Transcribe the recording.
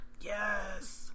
Yes